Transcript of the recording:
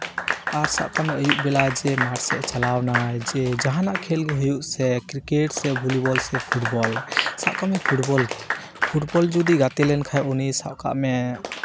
ᱟᱨ ᱥᱟᱵ ᱠᱟᱜ ᱢᱮ ᱟᱹᱭᱩᱵ ᱵᱮᱞᱟ ᱡᱮ ᱢᱟᱴᱷ ᱥᱮᱡ ᱮᱭ ᱪᱟᱞᱟᱣᱮᱱᱟᱭ ᱡᱮ ᱡᱟᱦᱟᱱᱟᱜ ᱠᱷᱮᱹᱞ ᱜᱮ ᱦᱩᱭᱩᱜ ᱥᱮ ᱠᱨᱤᱠᱮᱹᱴ ᱥᱮ ᱵᱷᱚᱞᱤᱵᱚᱞ ᱥᱮ ᱯᱷᱩᱴᱵᱚᱞ ᱥᱟᱵ ᱠᱟᱜ ᱢᱮ ᱯᱷᱩᱴᱵᱚᱞ ᱜᱮ ᱯᱷᱩᱴᱵᱚᱞ ᱡᱩᱫᱤ ᱜᱟᱛᱮ ᱞᱮᱱᱠᱷᱟᱡ ᱩᱱᱤ ᱥᱟᱵ ᱠᱟᱜ ᱢᱮ